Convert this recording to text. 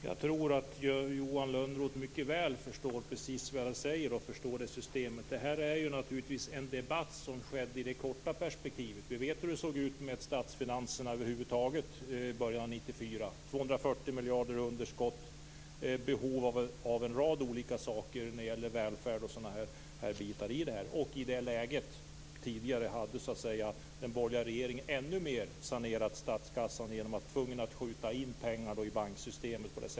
Fru talman! Jag tror att Johan Lönnroth mycket väl förstår precis vad jag säger och förstår det här systemet. Det här är naturligtvis en debatt som fördes i det korta perspektivet. Vi vet hur det såg ut med statsfinanserna i början av 1994. Det var 240 miljarder i underskott, och det var behov av en rad olika saker när det gällde välfärd och sådant. I det läget hade den borgerliga regeringen tidigare sanerat statskassan ännu mer genom att tvingas skjuta in pengar i banksystemet.